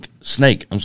Snake